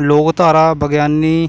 ਲੋਕਧਾਰਾ ਵਿਗਿਆਨੀ